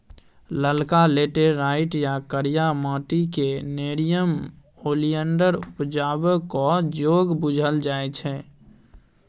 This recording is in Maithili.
ललका लेटैराइट या करिया माटि क़ेँ नेरियम ओलिएंडर उपजेबाक जोग बुझल जाइ छै